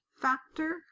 factor